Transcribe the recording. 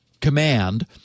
command